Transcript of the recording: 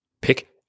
pick